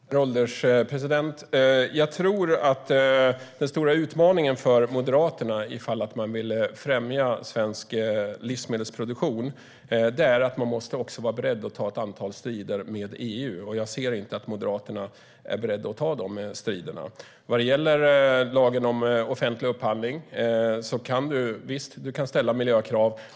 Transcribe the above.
Herr ålderspresident! Jag tror att den stora utmaningen för Moderaterna ifall man vill främja svensk livsmedelsproduktion är att man också måste vara beredd att ta ett antal strider med EU. Men jag ser inte att Moderaterna skulle vara beredda att ta de striderna. Vad gäller lagen om offentlig upphandling kan man förvisso ställa miljökrav.